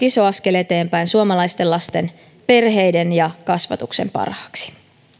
iso askel eteenpäin suomalaisten lasten perheiden ja kasvatuksen parhaaksi